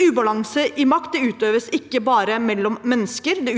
Ubalanse i makt utøves ikke bare mellom mennesker, det